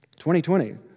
2020